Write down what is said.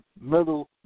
middle